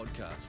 podcast